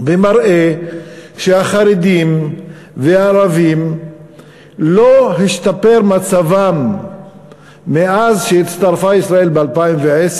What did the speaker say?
ומראה שהחרדים והערבים לא השתפר מצבם מאז שהצטרפה ישראל ב-2010,